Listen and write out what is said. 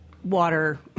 water